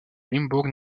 limbourg